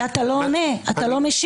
כי אתה לא עונה, אתה לא משיב.